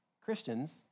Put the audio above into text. Christians